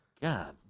God